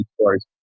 stories